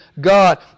God